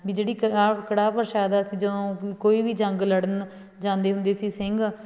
ਵੀ ਜਿਹੜੀ ਕੜਾ ਕੜਾਹ ਪ੍ਰਸ਼ਾਦ ਅਸੀਂ ਜਦੋਂ ਵੀ ਕੋਈ ਵੀ ਜੰਗ ਲੜਨ ਜਾਂਦੇ ਹੁੰਦੇ ਸੀ ਸਿੰਘ